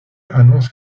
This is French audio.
annonce